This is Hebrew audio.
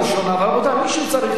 רבותי, מישהו צריך להבין.